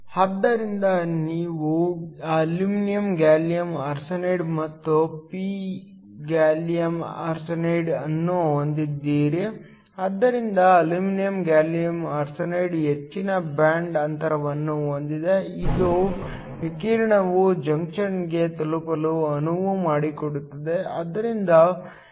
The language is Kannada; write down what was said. ಆದ್ದರಿಂದ ನೀವು ಅಲ್ಯೂಮಿನಿಯಂ ಗ್ಯಾಲಿಯಮ್ ಆರ್ಸೆನೈಡ್ ಮತ್ತು p ಗ್ಯಾಲಿಯಮ್ ಆರ್ಸೆನೈಡ್ ಅನ್ನು ಹೊಂದಿದ್ದೀರಿ ಆದ್ದರಿಂದ ಅಲ್ಯೂಮಿನಿಯಂ ಗ್ಯಾಲಿಯಂ ಆರ್ಸೆನೈಡ್ ಹೆಚ್ಚಿನ ಬ್ಯಾಂಡ್ ಅಂತರವನ್ನು ಹೊಂದಿದೆ ಇದು ವಿಕಿರಣವು ಜಂಕ್ಷನ್ಗೆ ತಲುಪಲು ಅನುವು ಮಾಡಿಕೊಡುತ್ತದೆ